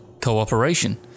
cooperation